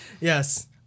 Yes